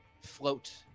float